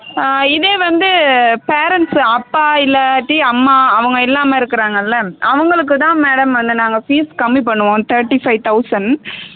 இதே வந்து பேரண்ட்ஸு அப்பா இல்லாட்டி அம்மா அவங்க இல்லாமல் இருக்கிறாங்கள்ல அவங்களுக்கு தான் மேடம் வந்து நாங்கள் ஃபீஸ் கம்மி பண்ணுவோம் தேர்ட்டி ஃபைவ் தெளசண்ட்